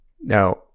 Now